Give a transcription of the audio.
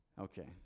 Okay